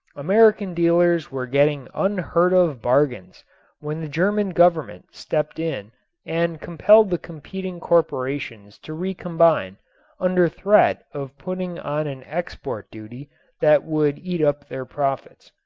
american dealers were getting unheard of bargains when the german government stepped in and compelled the competing corporations to recombine under threat of putting on an export duty that would eat up their profits.